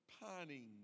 pining